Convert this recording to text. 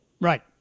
Right